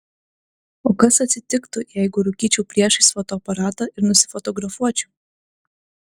o kas atsitiktų jeigu rūkyčiau priešais fotoaparatą ir nusifotografuočiau